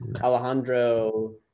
alejandro